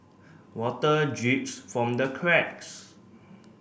water drips from the cracks